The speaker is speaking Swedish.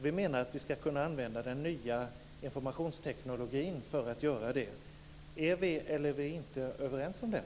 Vi menar att man ska kunna använda den nya informationstekniken för att göra det. Är vi eller är vi inte överens om det?